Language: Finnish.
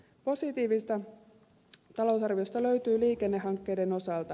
positiivista talousarviosta löytyy liikennehankkeiden osalta